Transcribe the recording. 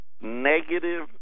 negative